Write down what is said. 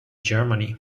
germany